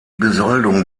besoldung